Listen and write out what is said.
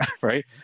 right